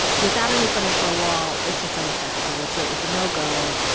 without any funding for a wall, it's just unacceptable. it's ah it's a no-go.